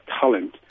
talent